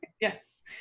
Yes